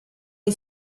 dei